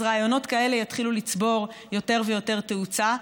אז רעיונות כאלה יתחילו לצבור יותר ויותר תאוצה.